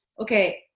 okay